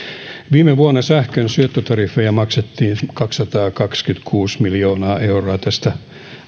viime vuonna sähkön syöttötariffeja maksettiin kaksisataakaksikymmentäkuusi miljoonaa euroa tästä